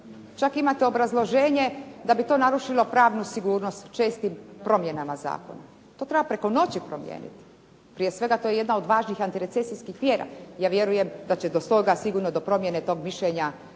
Čak imate obrazloženje da bi to narušilo pravnu sigurnost čestim promjenama zakona. To treba preko noći promijeniti. Prije svega to je jedna od važnih antirecesijskih mjera. Ja vjerujem da će do toga sigurno, do promjene tog mišljenja